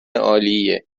عالیه